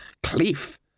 Cliff